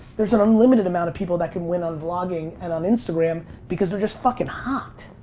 there's an unlimited amount of people that can win on vlogging and on instagram because they're just fucking hot.